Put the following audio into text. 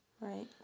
Right